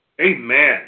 Amen